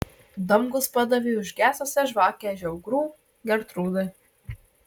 damkus padavė užgesusią žvakę žiaugrų gertrūdai